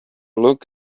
look